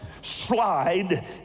slide